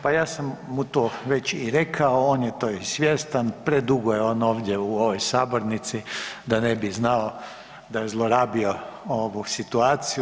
Pa ja sam mu to već i rekao, on je toga i svjestan, predugo je on ovdje u ovoj sabornici da ne bi znao da je zlorabio ovu situaciju.